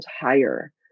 higher